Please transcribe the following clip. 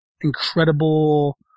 incredible